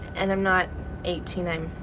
and i'm not eighteen.